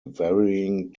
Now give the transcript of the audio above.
varying